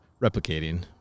replicating